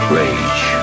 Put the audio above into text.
rage